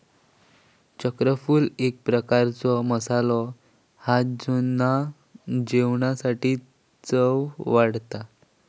चक्रफूल एक प्रकारचो मसालो हा जेना जेवणाची चव वाढता